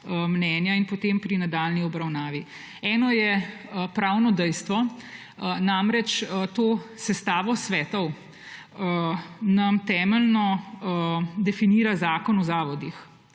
mnenja in potem pri nadaljnji obravnavi. Eno je pravno dejstvo. To sestavo svetov nam temeljno definira Zakon o zavodih.